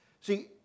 See